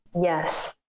Yes